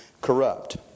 corrupt